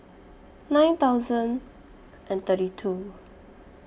nine thousand and thirty two